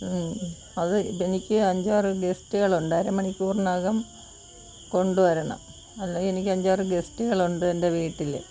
അത് എനിക്ക് അഞ്ചാറ് ഗെസ്റ്റുകളുണ്ട് അരമണിക്കൂറിനകം കൊണ്ടുവരണം അല്ലെങ്കിൽ എനിക്ക് അഞ്ചാറ് ഗെസ്റ്റുകളുണ്ട് എന്റെ വീട്ടിൽ